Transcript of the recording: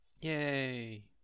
Yay